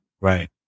right